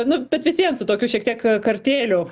nu bet vis vien su tokiu šiek tiek kartėliu